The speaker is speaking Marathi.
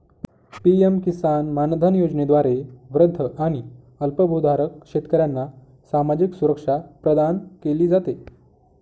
पी.एम किसान मानधन योजनेद्वारे वृद्ध आणि अल्पभूधारक शेतकऱ्यांना सामाजिक सुरक्षा प्रदान केली जाते